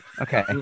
Okay